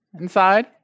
inside